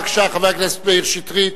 בבקשה, חבר הכנסת מאיר שטרית.